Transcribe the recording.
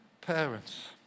parents